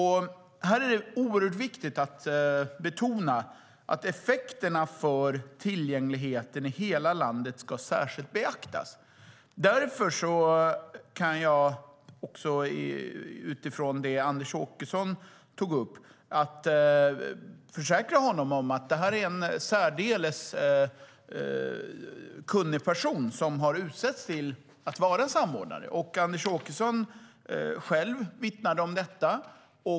Här är det oerhört viktigt att betona att effekterna på tillgängligheten i hela landet särskilt ska beaktas. Jag kan utifrån det Anders Åkesson tog upp försäkra honom om att det är en särdeles kunnig person som har utsetts till att vara samordnare. Anders Åkesson vittnade själv om detta.